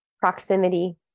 proximity